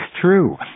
true